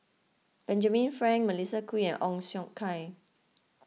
Benjamin Frank Melissa Kwee and Ong Siong Kai